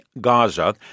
Gaza